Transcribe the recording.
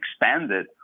expanded